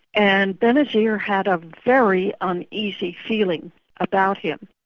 and benazir had a very uneasy feeling about him.